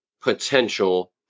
potential